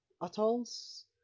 atolls